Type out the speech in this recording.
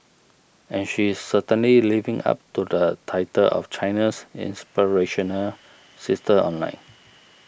and she is certainly living up to the title of China's inspirational sister online